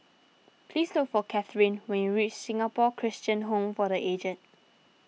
please look for Cathryn when you reach Singapore Christian Home for the Aged